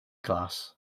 class